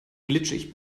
glitschig